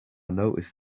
noticed